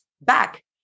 back